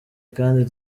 kandi